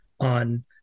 On